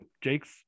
jake's